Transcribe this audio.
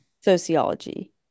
sociology